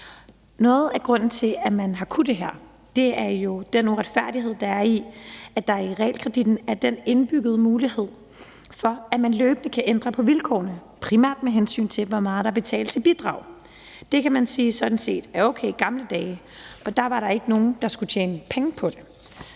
Noget af grunden til, at man har kunnet det her, er jo den uretfærdighed, der er i, at der i realkreditten er den indbyggede mulighed for, at man løbende kan ændre på vilkårene, primært med hensyn til hvor meget der betales i bidrag. Det kan man sige sådan set var okay i gamle dage, for der var der ikke nogen, der skulle tjene penge på det.